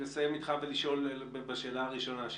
לחזור לשאלה הראשונה שלי.